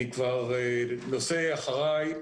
אני כבר נושא אחריי